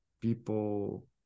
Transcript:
people